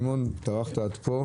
שמעון, טרחת להגיע עד כאן.